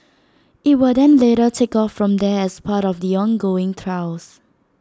IT will then later take off from there as part of the ongoing trials